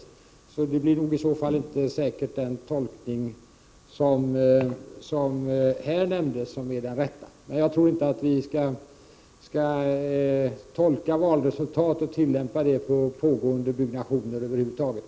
Det är därför inte säkert att den tolkning som här nämndes är den rätta. Men jag tror inte att vi skall tillämpa tolkningar av valresultat på pågående byggnationer över huvud taget.